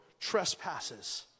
trespasses